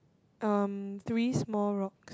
um three small rocks